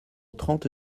trente